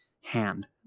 hand